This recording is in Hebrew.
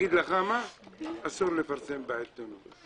אסור לפרסם בעיתונות.